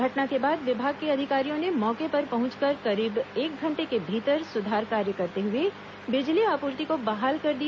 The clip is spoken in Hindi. घटना के बाद विभाग के अधिकारियों ने मौके पर पहुंचकर करीब एक घंटे के भीतर सुधार कार्य करते हए बिजली आपूर्ति को बहाल कर दिया